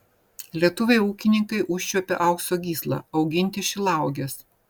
lietuviai ūkininkai užčiuopė aukso gyslą auginti šilauoges